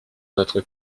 notre